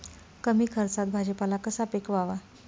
कमी खर्चात भाजीपाला कसा पिकवावा?